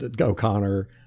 O'Connor